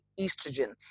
estrogen